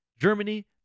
Germany